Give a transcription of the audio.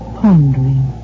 pondering